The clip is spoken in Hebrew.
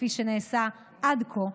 כפי שנעשה עד כה,